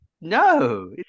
No